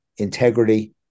integrity